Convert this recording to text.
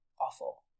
Awful